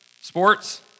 Sports